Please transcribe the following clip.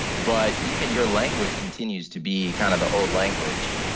but even your language continues to be kind of the old language.